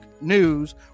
News